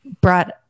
brought